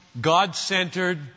God-centered